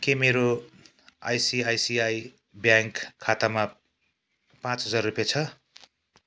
के मेरो ICICI bank खातामा पाँच हजार रुपियाँ छ